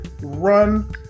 Run